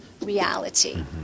reality